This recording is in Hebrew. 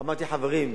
אמרתי: חברים,